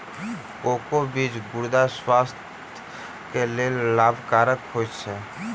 cocoa बीज गुर्दा स्वास्थ्यक लेल लाभकरक होइत अछि